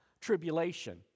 tribulation